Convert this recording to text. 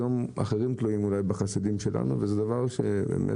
היום אולי אחרים תלויים בחסדים שלנו וזה דבר מבורך,